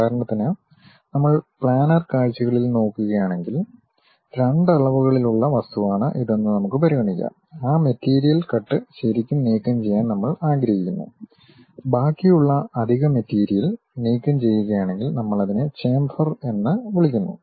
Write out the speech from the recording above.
ഉദാഹരണത്തിന് നമ്മൾ പ്ലാനർ കാഴ്ചയിൽ നോക്കുകയാണെങ്കിൽ 2 അളവുകളിലുള്ള വസ്തുവാണ് ഇതെന്ന് നമുക്ക് പരിഗണിക്കാം ആ മെറ്റീരിയൽ കട്ട് ശരിക്കും നീക്കംചെയ്യാൻ നമ്മൾ ആഗ്രഹിക്കുന്നു ബാക്കിയുള്ള അധിക മെറ്റീരിയൽ നീക്കംചെയ്യുകയാണെങ്കിൽ നമ്മൾ അതിനെ ചേംഫർ എന്ന് വിളിക്കുന്നു